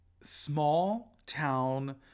small-town